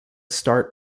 start